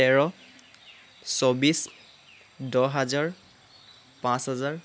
তেৰ চৌব্বিছ দহ হাজাৰ পাঁচ হাজাৰ